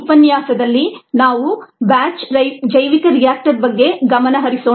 ಈ ಉಪನ್ಯಾಸದಲ್ಲಿ ನಾವು ಬ್ಯಾಚ್ ಜೈವಿಕ ರಿಯಾಕ್ಟರ್ ಬಗ್ಗೆ ಗಮನ ಹರಿಸೋಣ